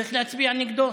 שצריך להצביע נגדו.